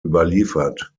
überliefert